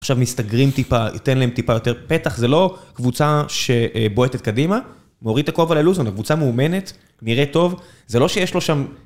עכשיו מסתגרים טיפה, ניתן להם טיפה יותר פתח, זה לא קבוצה שבועטת קדימה. מוריד את הכובע ללוזון, זו קבוצה מאומנת, נראית טוב, זה לא שיש לו שם...